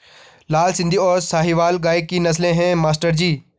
लाल सिंधी और साहिवाल गाय की नस्लें हैं मास्टर जी